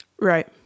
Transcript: right